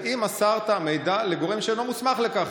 האם מסרת מידע לגורם שאינו מוסמך לכך?